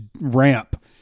ramp